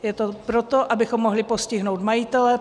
Je to proto, abychom mohli postihnout majitele.